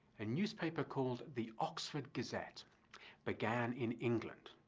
a newspaper called the oxford gazette began in england,